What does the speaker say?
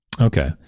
Okay